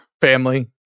family